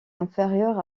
inférieure